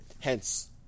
Hence